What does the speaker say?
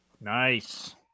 Nice